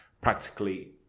practically